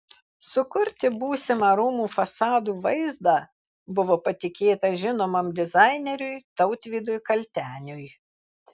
sukurti būsimą rūmų fasadų vaizdą buvo patikėta žinomam dizaineriui tautvydui kalteniui